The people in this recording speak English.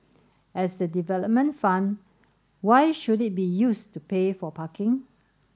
as a development fund why should it be used to pay for parking